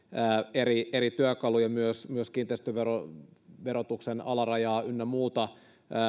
eri eri työkaluja myös myös kiinteistöverotuksen alarajaa ynnä muuta